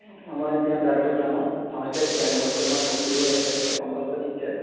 અમારે ત્યાં રાજપીપળામાં હોસ્ટેલ છે અને હોસ્ટેલમાં છોકરીઓ રહે છે તો કંપલસરી જ છે